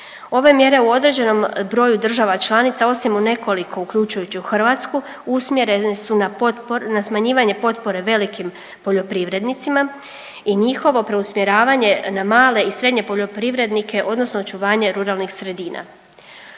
Ove mjere u određenom broju država članica, osim u nekoliko, uključujući u Hrvatsku, usmjerene su na .../nerazumljivo/... na smanjivanje potpore velikim poljoprivrednicima i njihovo preusmjeravanje na male i srednje poljoprivrednike odnosno očuvanje ruralnih sredina.